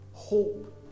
Hope